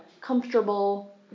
comfortable